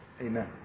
amen